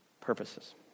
purposes